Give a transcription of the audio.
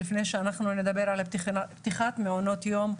לפני שנדבר על פתיחת מעונות יום,